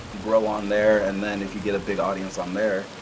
grow on there and then if you get a big audience on there,